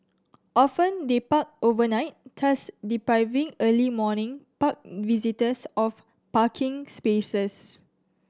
often they park overnight thus depriving early morning park visitors of parking spaces